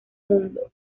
mundo